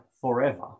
forever